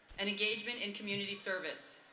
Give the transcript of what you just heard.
and engagement in community service.